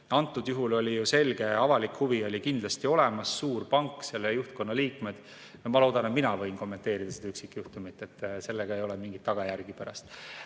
Antud juhul oli ju selge avalik huvi kindlasti olemas: suur pank, selle juhtkonna liikmed. Ma loodan, et mina võin kommenteerida seda üksikjuhtumit, et pärast ei ole mingeid tagajärgi.